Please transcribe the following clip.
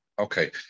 Okay